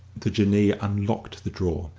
the jinnee unlocked the drawer,